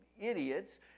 idiots